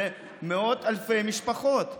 ואלו מאות אלפי משפחות.